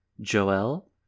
Joel